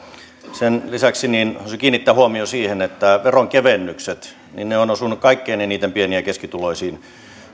sen lisäksi haluaisin kiinnittää huomiota siihen että veronkevennykset ovat osuneet kaikkein eniten pieni ja keskituloisiin